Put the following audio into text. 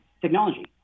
technology